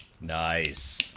Nice